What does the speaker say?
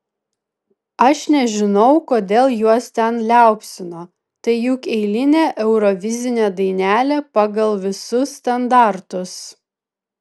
aš nežinau kodėl juos ten liaupsino tai juk eilinė eurovizinė dainelė pagal visus standartus